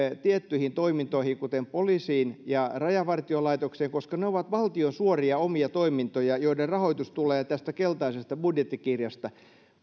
tiettyihin toimintoihin kuten poliisiin ja rajavartiolaitokseen koska ne ovat valtion suoria omia toimintoja joiden rahoitus tulee tästä keltaisesta budjettikirjasta